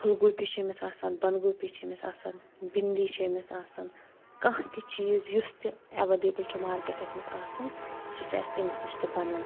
پھُل گوٗپی چھِ أمِس آسان بندگوٗپی چھِ أمِس آسان بِنٛڈی چھِ أمِس آسان کانٛہہ تہِ چیٖز یُس تہِ اٮ۪ویلیبٕل چھُ مارکیٹس منٛز آسان سُہ چھِ اسہِ أمِس نِش تہِ بنان